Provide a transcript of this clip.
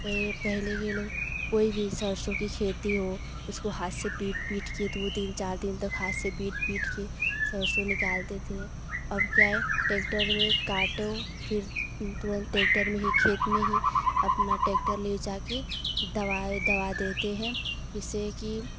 पह पहले ये लोग कोई भी सरसों की खेती हो उसको हाथ से पीट पीट के दो दिन चार दिन तक हाथ से पीट पीट के सरसों निकालते थे अब क्या है ट्रैक्टर में काटो फिन तुरत ट्रैक्टर में ही खेतों में ही अपना ट्रैक्टर ले जा के दवाये दवा देते हैं इससे कि